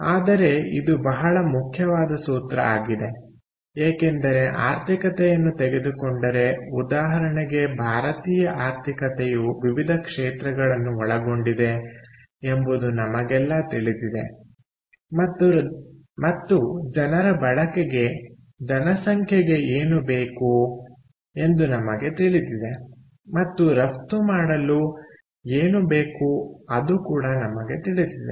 ಆದರೆ ಇದು ಬಹಳ ಮುಖ್ಯವಾದ ಸೂತ್ರ ಆಗಿದೆ ಏಕೆಂದರೆ ಆರ್ಥಿಕತೆಯನ್ನು ತೆಗೆದುಕೊಂಡರೆ ಉದಾಹರಣೆಗೆ ಭಾರತೀಯ ಆರ್ಥಿಕತೆಯು ವಿವಿಧ ಕ್ಷೇತ್ರಗಳನ್ನು ಒಳಗೊಂಡಿದೆ ಎಂಬುದು ನಮಗೆಲ್ಲ ತಿಳಿದಿದೆ ಮತ್ತು ಜನರ ಬಳಕೆಗೆ ಜನಸಂಖ್ಯೆಗೆ ಏನು ಬೇಕು ಎಂದು ನಮಗೆ ತಿಳಿದಿದೆ ಮತ್ತು ರಫ್ತು ಮಾಡಲು ಏನು ಬೇಕು ಅದು ಕೂಡ ನಮಗೆ ತಿಳಿದಿದೆ